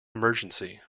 emergency